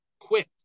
Quit